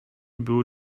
były